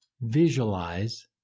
visualize